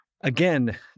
Again